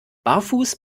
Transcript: barfuß